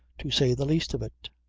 to say the least of it.